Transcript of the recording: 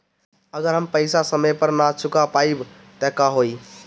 अगर हम पेईसा समय पर ना चुका पाईब त का होई?